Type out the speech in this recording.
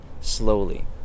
slowly